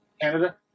Canada